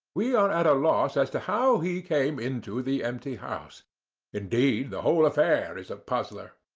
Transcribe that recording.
we are at a loss as to how he came into the empty house indeed, the whole affair is a puzzler.